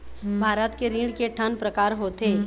भारत के ऋण के ठन प्रकार होथे?